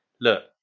look